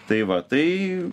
tai va tai